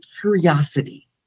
curiosity